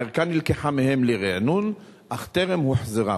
הערכה נלקחה מהם לרענון אך טרם הוחזרה.